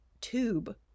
tube